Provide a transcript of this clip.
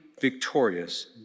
victorious